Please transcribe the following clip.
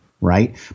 right